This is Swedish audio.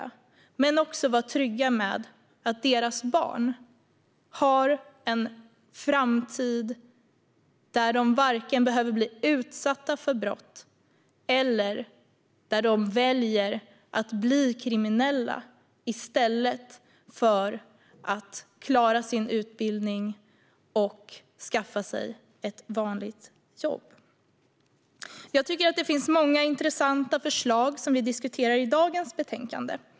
Det handlar också om att människor ska vara trygga med att deras barn har en framtid där de varken behöver bli utsatta för brott eller välja att bli kriminella i stället för att klara sin utbildning och skaffa sig ett vanligt jobb. Jag tycker att det finns många intressanta förslag i dagens betänkande.